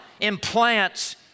implants